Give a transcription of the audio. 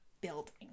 building